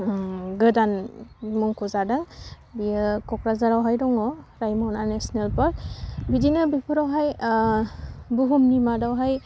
गोदान मुंख'जादों बियो क'क्राझारावहाय दङ राइम'ना नेशनेल पार्क बिदिनो बेफोरावहाय बुहुमनि मादावहाय